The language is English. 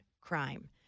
crime